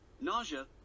Nausea